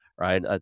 right